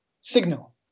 signal